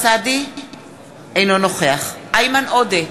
אינו נוכח איימן עודה,